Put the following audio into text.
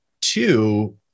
two